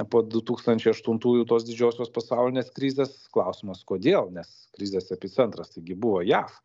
po du tūkstančiai aštuntųjų tos didžiosios pasaulinės krizės klausimas kodėl nes krizės epicentras taigi buvo jav